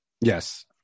Yes